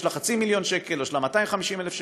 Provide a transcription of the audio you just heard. של חצי מיליון שקל או של 250,000 שקל,